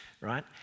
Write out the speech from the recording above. right